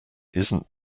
isn’t